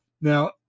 Now